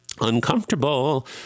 Uncomfortable